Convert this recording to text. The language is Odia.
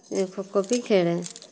ଇଏ ଖୋକୋ ବି ଖେଳେ